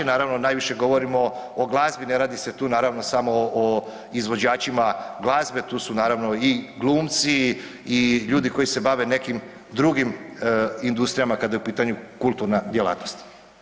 Naravno, najviše govorimo o glazbi, ne radi se tu samo o izvođačima glazbe, tu su naravno i glumci i ljudi koji se bave nekim drugim industrijama kada je u pitanju kulturna djelatnost.